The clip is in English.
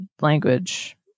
language